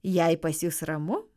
jei pas jus ramu